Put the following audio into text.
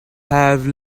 have